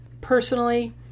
Personally